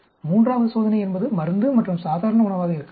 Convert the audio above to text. மூன்றாவது சோதனை என்பது மருந்து மற்றும் சாதாரண உணவாக இருக்கலாம்